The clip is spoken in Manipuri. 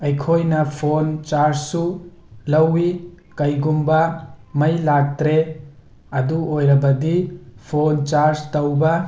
ꯑꯩꯈꯣꯏꯅ ꯐꯣꯟ ꯆꯥꯔꯖꯁꯨ ꯂꯧꯋꯤ ꯀꯔꯤꯒꯨꯝꯕ ꯃꯩ ꯂꯥꯛꯇ꯭ꯔꯦ ꯑꯗꯨ ꯑꯣꯏꯔꯕꯗꯤ ꯐꯣꯟ ꯆꯥꯔꯖ ꯇꯧꯕ